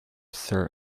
sir